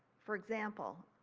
for example,